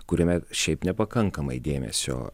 kuriame šiaip nepakankamai dėmesio